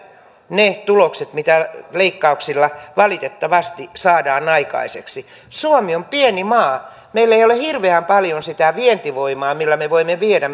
ne tulokset mitä leikkauksilla valitettavasti saadaan aikaiseksi suomi on pieni maa meillä ei ole hirveän paljon sitä vientivoimaa millä me voimme viedä